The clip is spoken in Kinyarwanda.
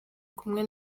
kumwe